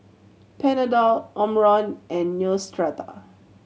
Panadol Omron and Neostrata